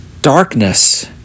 darkness